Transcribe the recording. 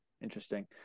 Interesting